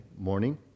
morning